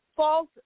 False